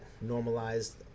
normalized